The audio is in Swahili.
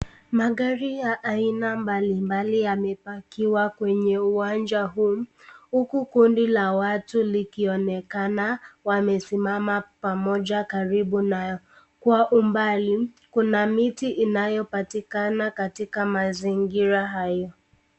Magari ya aina mbalimbali yamepakiwa kwenye uwanja huu huku kundi la watu likionekana wamesimama pamoja karibu nayo. Kwa umbali kuna miti inayopatikana katika mazingira hayo.